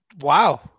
wow